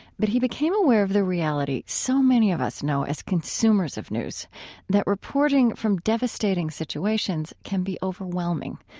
but he became aware of the reality so many of us know as consumers of news that reporting from devastating situations can be overwhelming,